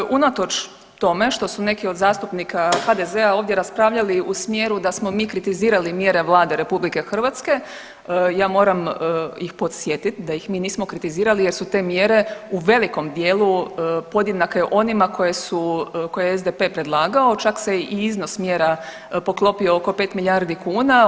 Tako je, unatoč tome što su neki od zastupnika HDZ-a ovdje raspravljali u smjeru da smo mi kritizirali mjere Vlade RH, ja moram ih podsjetit da ih mi nismo kritizirali jer su te mjere u velikom dijelu podjednake onima koje je SDP predlagao, čak se i iznos mjera poklopio oko 5 milijardi kuna.